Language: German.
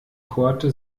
korte